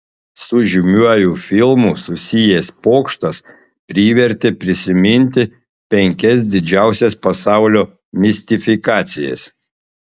su žymiuoju filmu susijęs pokštas privertė prisiminti penkias didžiausias pasaulio mistifikacijas